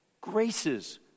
graces